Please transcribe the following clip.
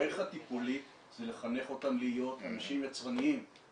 הערך הטיפולי זה לחנך אותם להיות אנשים יצרניים,